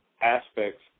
aspects